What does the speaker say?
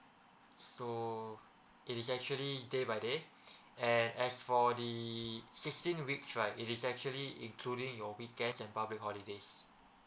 so it is actually day by day and as for the sixteen weeks right it is actually including your weekends and public holidays